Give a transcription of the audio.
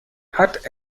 hat